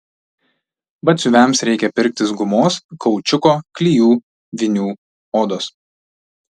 batsiuviams reikia pirktis gumos kaučiuko klijų vinių odos